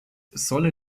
solle